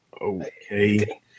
Okay